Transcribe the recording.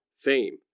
Fame